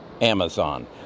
Amazon